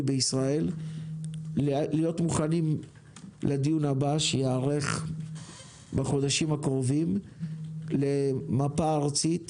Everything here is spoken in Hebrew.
בישראל להיות מוכנים לדיון הבא שייערך בחודשים הקרובים למפה ארצית